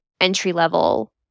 entry-level